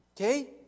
okay